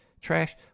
trash